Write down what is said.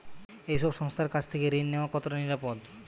এই সব সংস্থার কাছ থেকে ঋণ নেওয়া কতটা নিরাপদ?